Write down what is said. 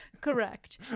Correct